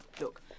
Look